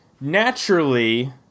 naturally